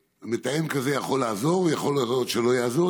מתאם כזה יכול לעזור ויכול להיות שהוא לא יעזור.